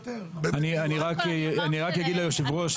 אני אומר שבמקרים